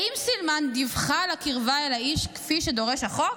האם סילמן דיווחה על הקרבה אל האיש כפי שדורש החוק?